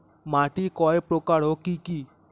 মাটি কয় প্রকার ও কি কি?